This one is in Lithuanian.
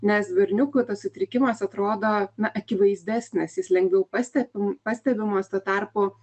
nes berniukui tas sutrikimas atrodo na akivaizdesnis jis lengviau pastebi pastebimas tuo tarpu